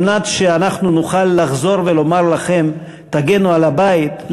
על מנת שאנחנו נוכל לחזור ולומר לכם "תגנו על הבית",